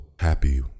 Happy